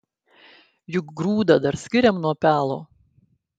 juk grūdą dar skiriam nuo pelo